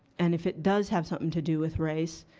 and if it does have something to do with race,